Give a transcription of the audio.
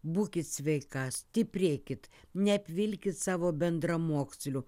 būkit sveika stiprėkit neapvilkit savo bendramokslių